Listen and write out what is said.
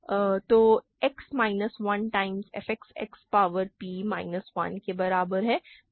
तो x minus 1 times f X X power p minus 1 के बराबर है